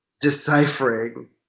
deciphering